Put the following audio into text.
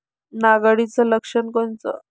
नाग अळीचं लक्षण कोनचं?